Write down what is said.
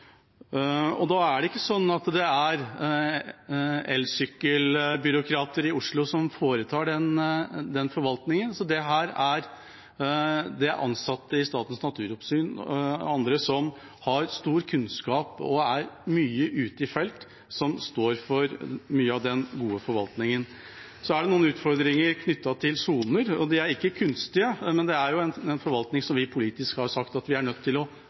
Og det er ikke elsykkelbyråkrater i Oslo som foretar den forvaltningen, det er ansatte i Statens naturoppsyn og andre som har stor kunnskap og er mye ute i felt, som står for mye av den gode forvaltningen. Så er det noen utfordringer knyttet til soner. De er ikke kunstige, men det er en forvaltning som vi politisk har sagt at vi er nødt til å